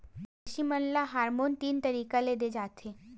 मवेसी मन ल हारमोन तीन तरीका ले दे जाथे